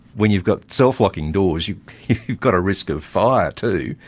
when you've got self-locking doors you've you've got a risk of fire too,